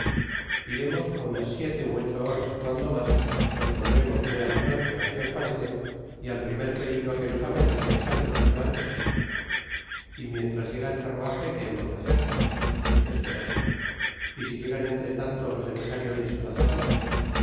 iremos á unas siete ú ocho horas cuando mas nos ponemos muy á la frontera si os parece y al primer peligro que nos amenace salimos de francia y mientras llega el carruaje qué hemos de hacer esperar y si llegan entretanto los emisarios disfrazados